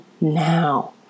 now